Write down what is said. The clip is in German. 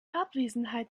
abwesenheit